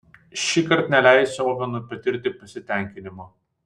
šįkart neleisiu ovenui patirti pasitenkinimo